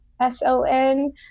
S-O-N